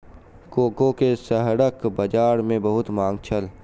cocoa के शहरक बजार में बहुत मांग छल